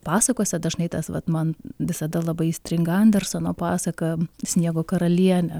pasakose dažnai tas vat man visada labai įstringa anderseno pasaka sniego karalienė